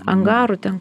angarų ten